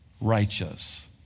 righteous